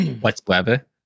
Whatsoever